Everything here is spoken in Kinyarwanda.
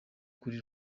kuri